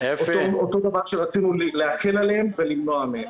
אותו דבר שרצינו להקל עליהם ולמנוע מהם.